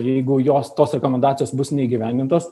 jeigu jos tos rekomendacijos bus neįgyvendintos